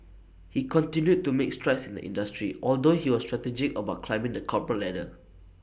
he continued to make strides in the industry although he was strategic about climbing the corporate ladder